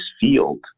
field